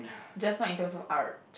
just not in terms of art